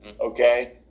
okay